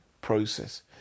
process